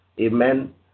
amen